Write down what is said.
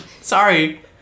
Sorry